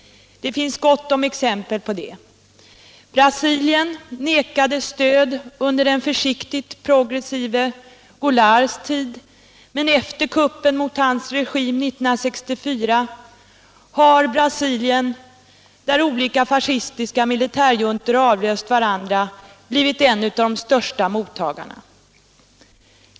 Det finns gott om exempel på det. Brasilien nekades stöd under den försiktigt progressive Goularts tid, men efter kuppen mot hans regim 1964 har Brasilien, där olika fascistiska militärjuntor avlöst varandra, blivit en av de största mottagarna.